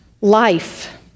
life